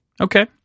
Okay